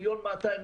מיליון מאתיים,